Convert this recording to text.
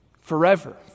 Forever